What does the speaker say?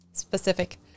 specific